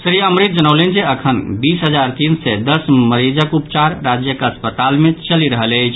श्री अमृत जनौलनि जे अखन बीस हजार तीन सय दस मरीजक उपचार राज्यक अस्पताल मे चलि रहल अछि